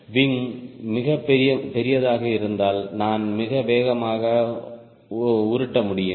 wing மிகப் பெரியதாக இருந்தால் நான் மிக வேகமாக உருட்ட முடியும்